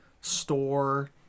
store